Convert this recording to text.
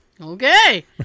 Okay